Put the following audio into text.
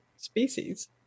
species